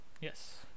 Yes